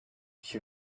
she